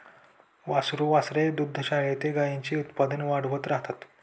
वासरू वासरे दुग्धशाळेतील गाईंचे उत्पादन वाढवत राहतात